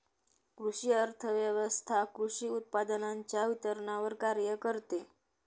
कृषी अर्थव्यवस्वथा कृषी उत्पादनांच्या वितरणावर कार्य करते